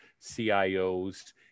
CIOs